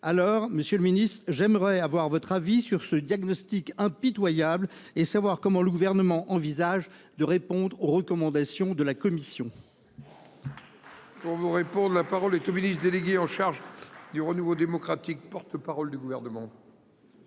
Aussi, monsieur le ministre, j'aimerais entendre votre avis sur ce diagnostic impitoyable et savoir comment le Gouvernement envisage de répondre aux recommandations de la Commission. La parole est à M. le ministre délégué chargé du renouveau démocratique, porte-parole du Gouvernement.